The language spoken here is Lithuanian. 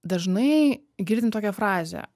dažnai girdim tokią frazę